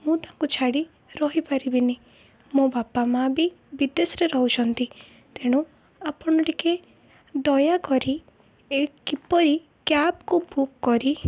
ମୁଁ ତାଙ୍କୁ ଛାଡ଼ି ରହିପାରିବିନି ମୋ ବାପା ମାଆ ବି ବିଦେଶରେ ରହୁଛନ୍ତି ତେଣୁ ଆପଣ ଟିକେ ଦୟାକରି କିପରି କ୍ୟାବ୍କୁ ବୁକ୍ କରି